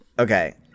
Okay